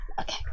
Okay